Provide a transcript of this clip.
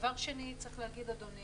שנית, אדוני,